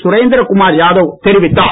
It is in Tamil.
சுரேந்திரகுமார் யாதவ் தெரிவித்தார்